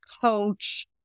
coach